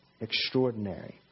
Extraordinary